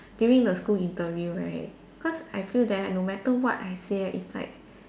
during the school interview right because I feel that no matter what I say it's like